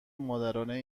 مادرانه